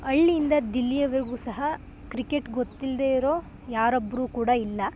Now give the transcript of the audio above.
ಹಳ್ಳಿಯಿಂದ ದಿಲ್ಲಿಯವರೆಗು ಸಹ ಕ್ರಿಕೆಟ್ ಗೊತ್ತಿಲ್ದೆಯಿರೊ ಯಾರೊಬ್ಬರು ಕೂಡ ಇಲ್ಲ